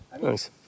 Thanks